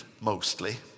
mostly